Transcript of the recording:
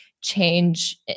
change